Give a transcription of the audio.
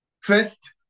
First